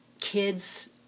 kids